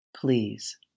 Please